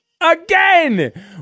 Again